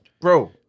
Bro